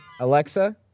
Alexa